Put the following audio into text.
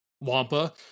Wampa